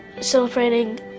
celebrating